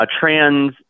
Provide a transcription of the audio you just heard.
trans